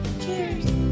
Cheers